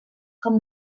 com